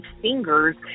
fingers